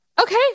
Okay